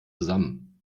zusammen